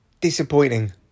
Disappointing